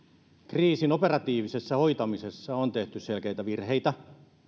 kriisin operatiivisessa hoitamisessa on tehty selkeitä virheitä